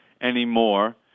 anymore